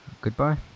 Goodbye